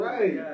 Right